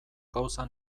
gauza